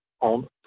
on